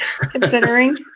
considering